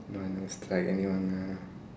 no I never strike anyone ah